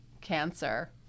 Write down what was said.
cancer